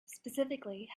specifically